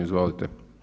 Izvolite.